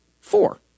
four